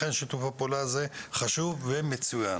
לכן שיתוף הפעולה הזה חשוב ומצוין.